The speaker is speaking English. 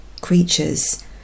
creatures